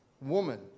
woman